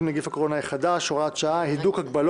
מי בעד מיזוג שתי ההצעות ירים את ידו.